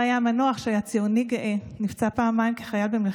אפילו לא הייתה יכולה להגיע למינימום של 30 מתחילים בלימוד המסלול,